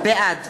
בעד